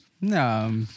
No